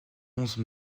onze